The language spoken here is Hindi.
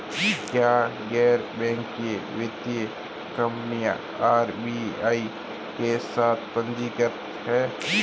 क्या गैर बैंकिंग वित्तीय कंपनियां आर.बी.आई के साथ पंजीकृत हैं?